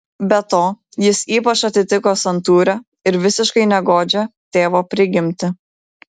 be to jis ypač atitiko santūrią ir visiškai negodžią tėvo prigimtį